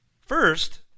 First